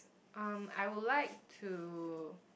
um I would like to